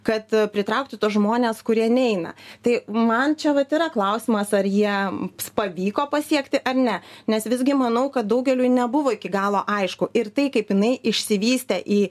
kad pritraukti tuos žmones kurie neina tai man čia vat yra klausimas ar jiem pavyko pasiekti ar ne nes visgi manau kad daugeliui nebuvo iki galo aišku ir tai kaip jinai išsivystė į